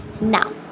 now